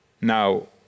Now